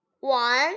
One